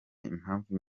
impamvu